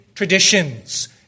traditions